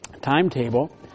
timetable